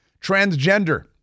Transgender